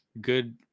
good